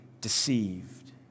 deceived